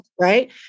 right